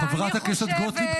ואני חושבת ----- חברת הכנסת גוטליב,